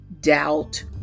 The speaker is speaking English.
doubt